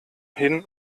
hin